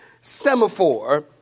semaphore